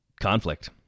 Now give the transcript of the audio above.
conflict